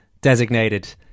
designated